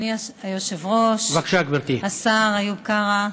אדוני היושב-ראש, השר איוב קרא,